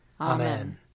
Amen